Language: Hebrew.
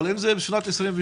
אבל אם זה יהיה בשנת 2022,